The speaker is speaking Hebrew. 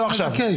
לא עכשיו.